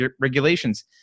regulations